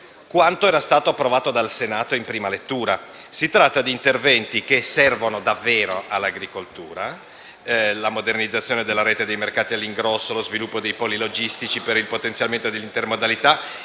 quanto era stato approvato dal Senato in prima lettura: si tratta di interventi che servono davvero all’agricoltura, come la modernizzazione della rete dei mercati all’ingrosso, lo sviluppo dei poli logistici per il potenziamento dell’intermodalità